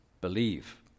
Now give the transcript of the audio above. believe